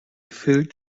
filled